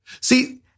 See